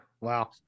Wow